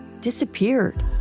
disappeared